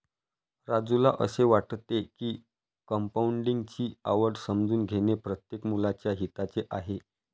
राजूला असे वाटते की कंपाऊंडिंग ची आवड समजून घेणे प्रत्येक मुलाच्या हिताचे आहे